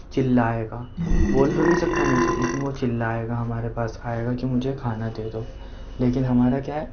چِلائے گا بول تو نہیں سکتا مُنہ سے لیکن وہ چِلائے گا ہمارے پاس آئے گا کہ مجھے کھانا دے دو لیکن ہمارا کیا ہے